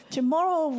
Tomorrow